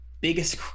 biggest